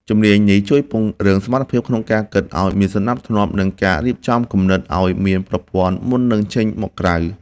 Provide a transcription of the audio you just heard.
ជំនាញនេះជួយពង្រឹងសមត្ថភាពក្នុងការគិតឱ្យមានសណ្ដាប់ធ្នាប់ និងការរៀបចំគំនិតឱ្យមានប្រព័ន្ធមុននឹងបញ្ចេញមកក្រៅ។